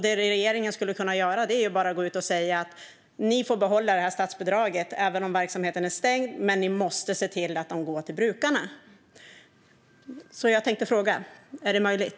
Det regeringen skulle kunna göra nu är att gå ut och säga: "Ni får behålla det här statsbidraget även om verksamheten är stängd, men ni måste se till att det går till brukarna." Jag tänkte fråga om det är möjligt.